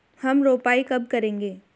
हम रोपाई कब करेंगे?